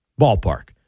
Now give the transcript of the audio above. Ballpark